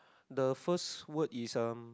the first word is um